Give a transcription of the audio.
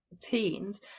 teens